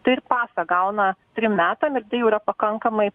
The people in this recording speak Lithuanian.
tai ir pasą gauna trim metam ir tai jau yra pakankamai